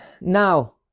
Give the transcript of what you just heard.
Now